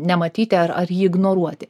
nematyti ar ar jį ignoruoti